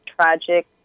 tragic